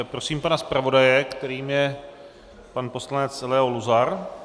Prosím pana zpravodaje, kterým je pan poslanec Leo Luzar.